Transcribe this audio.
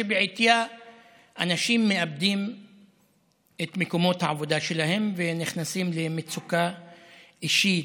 שבעטייה אנשים מאבדים את מקומות העבודה שלהם ונכנסים למצוקה אישית,